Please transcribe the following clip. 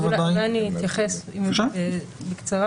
אם אפשר להתייחס בקצרה.